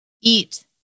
eat